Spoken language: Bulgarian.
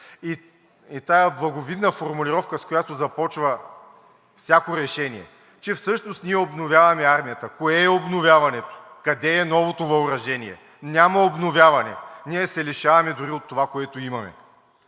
Тази благовидна формулировка, с която започва всяко решение – че всъщност ние обновяваме армията – кое е обновяването? Къде е новото въоръжение? Няма обновяване. Ние се лишаваме дори от това, което имаме.